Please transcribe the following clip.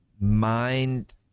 mind